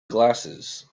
glasses